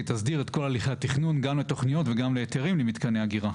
היא תסדיר את כל הליכי התכנון גם לתוכניות וגם להיתרים למתקני אגירה.